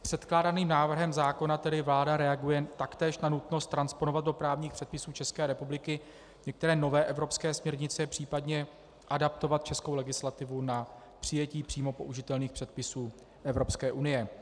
Předkládaným návrhem zákona tedy vláda reaguje taktéž na nutnost transponovat do právních předpisů České republiky některé nové evropské směrnice, případně adaptovat českou legislativu na přijetí přímo použitelných předpisů Evropské unie.